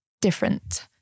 different